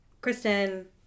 Kristen